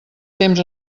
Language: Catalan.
temps